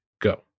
go